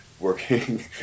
Working